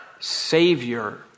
Savior